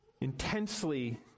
intensely